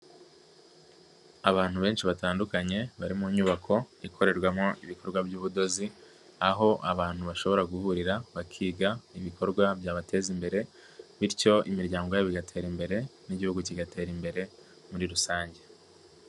Abantu benshi batandukanye bari mu nyubako ikorerwamo ibikorwa by'ubudozi, aho abantu bashobora guhurira bakiga ibikorwa byabateza imbere, bityo imiryango yabo igatera imbere n'Igihugu kigatera imbere muri rusange.